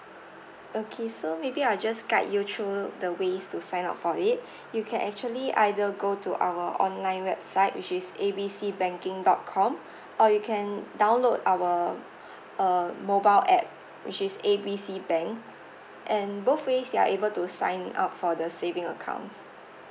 okay so maybe I'll just guide you through the ways to sign up for it you can actually either go to our online website which is A B C banking dot com or you can download our uh mobile app which is A B C bank and both ways you're able to sign up for the saving accounts